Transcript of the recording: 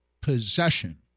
possession